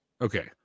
Okay